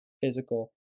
physical